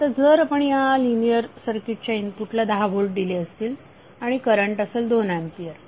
आता जर आपण लिनिअर सर्किटच्या इनपुटला 10 व्होल्ट दिले असतील आणि करंट असेल दोन एंपियर